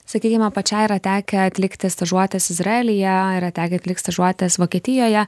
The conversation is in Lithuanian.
sakykime pačiai yra tekę atlikti stažuotes izraelyje yra tekę atlikt stažuotes vokietijoje